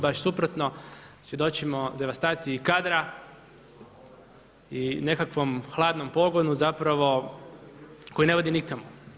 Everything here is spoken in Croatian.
Baš suprotno, svjedočimo devastaciji i kadra i nekakvom hladnom pogonu zapravo koji ne vodi nikamo.